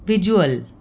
visual